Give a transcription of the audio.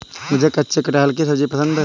मुझे कच्चे कटहल की सब्जी पसंद है